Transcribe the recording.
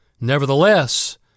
Nevertheless